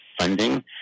funding